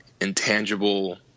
intangible